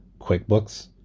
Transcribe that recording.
quickbooks